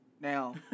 Now